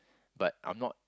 but I'm not